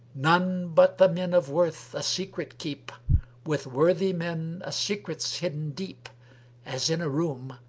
none but the men of worth a secret keep with worthy men a secret's hidden deep as in a room,